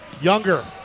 Younger